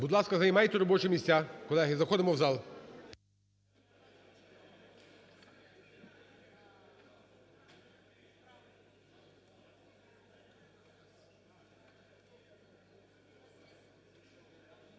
Будь ласка, займайте робочі місця, колеги, заходимо в зал.